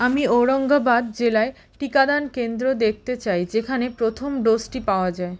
আমি ঔরঙ্গাবাদ জেলায় টিকাদান কেন্দ্র দেখতে চাই যেখানে প্রথম ডোজটি পাওয়া যায়